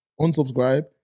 Unsubscribe